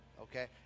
okay